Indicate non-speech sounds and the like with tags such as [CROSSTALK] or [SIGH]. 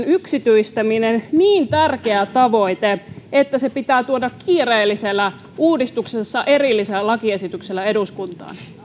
[UNINTELLIGIBLE] yksityistäminen niin tärkeä tavoite että se pitää tuoda kiireellisellä uudistuksesta erillisellä lakiesityksellä eduskuntaan